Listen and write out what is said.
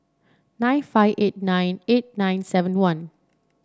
nine five eight nine eight nine seven one